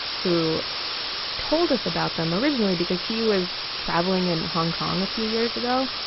who told us about them originally because he was traveling in hong kong a few years ago.